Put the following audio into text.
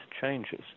changes